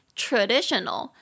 traditional